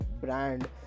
brand